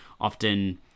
often